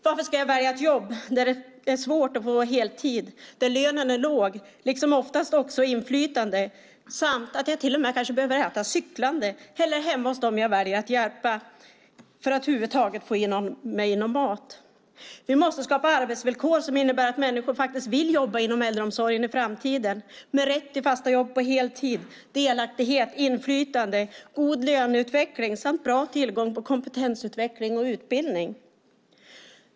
Varför ska jag välja ett jobb där det är svårt att få heltid, där lönen är låg liksom oftast också inflytandet samt att jag kanske till och med behöver äta cyklande eller hemma hos dem jag hjälper för att över huvud taget få i mig någon mat? Vi måste skapa arbetsvillkor som innebär att människor faktiskt vill jobba inom äldreomsorgen i framtiden med rätt till fasta jobb på heltid, delaktighet, inflytande, god löneutveckling samt bra tillgång till kompetensutveckling och utbildning.